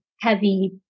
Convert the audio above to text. heavy